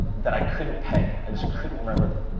that i couldn't peg. i just couldn't remember them.